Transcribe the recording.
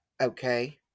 Okay